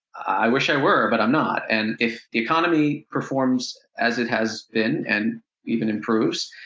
i wish i were, but i'm not. and if the economy performs as it has been, and even improves,